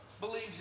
believes